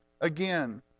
again